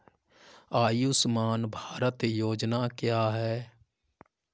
आयुष्मान भारत योजना क्या है?